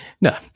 No